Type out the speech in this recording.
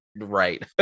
right